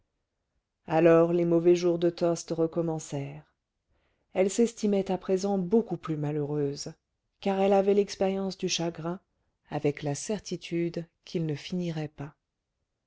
alors les mauvais jours de tostes recommencèrent elle s'estimait à présent beaucoup plus malheureuse car elle avait l'expérience du chagrin avec la certitude qu'il ne finirait pas